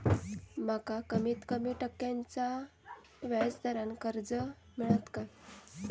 माका कमीत कमी टक्क्याच्या व्याज दरान कर्ज मेलात काय?